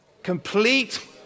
Complete